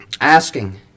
asking